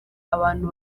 abantu